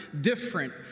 different